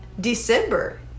December